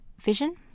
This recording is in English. Vision